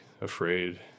afraid